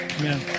Amen